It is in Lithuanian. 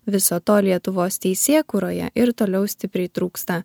viso to lietuvos teisėkūroje ir toliau stipriai trūksta